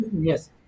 Yes